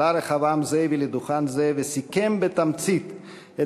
עלה רחבעם זאבי לדוכן זה וסיכם בתמצית את